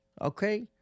okay